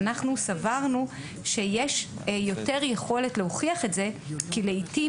אנחנו סברנו שיש יותר יכולת להוכיח את זה כי לעתים